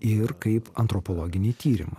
ir kaip antropologinį tyrimą